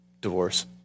divorce